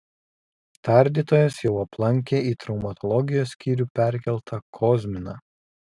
tardytojas jau aplankė į traumatologijos skyrių perkeltą kozminą